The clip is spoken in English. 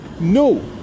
No